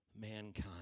mankind